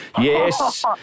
Yes